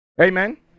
Amen